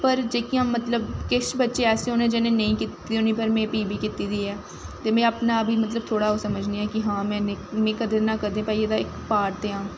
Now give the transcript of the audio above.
पर जेह्कियां मतलब ऐसियां किश बच्चे ऐसे होने जि'नें नेईं कीती दी होनी पर में फ्ही बी कीती दी ऐ ते में अपना बी थोह्ड़ा समझनी आं कि हां में कदैं ना कदैं इक पार्ट ते हां